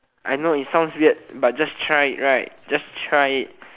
I know it sounds weird but just try it right just try it